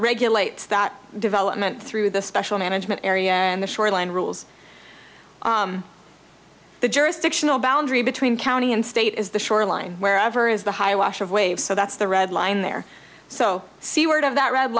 regulates that development through the special management area and the shoreline rules the jurisdictional boundary between county and state is the shoreline wherever is the high wash of waves so that's the red line there so c word of that red